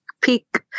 peak